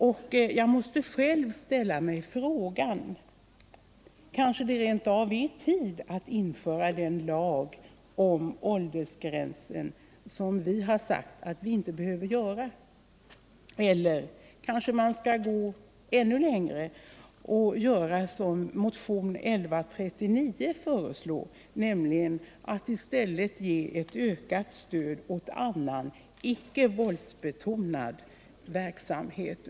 Och jag måste själv ställa mig frågan: Är det kanske rent av tid att införa den lag om åldersgräns som vi sagt att vi inte behöver införa eller kanske gå ännu längre och göra som motion 1139 föreslår, nämligen att i stället ge ökat stöd åt annan, icke våldsbetonad verksamhet?